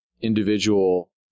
individual